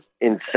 insane